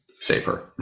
safer